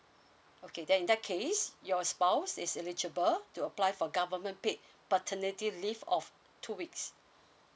okay then in that case your spouse is eligible to apply for government paid paternity leave of two weeks